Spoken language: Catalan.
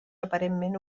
aparentment